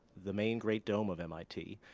the main great dome of mit,